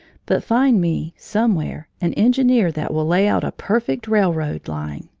but find me, somewhere, an engineer that will lay out a perfect railroad line.